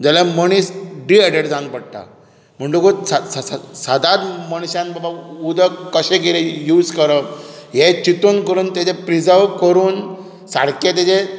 जाल्यार मनीस डिहायड्रेट जावन पडटा म्हुण्टोकूच सदांत मनशान बाबा उदक कशें कितें यूज करप हें चिंतून करून ताचें प्रिजव करून सारकें ताजें